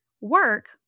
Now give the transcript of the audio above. Work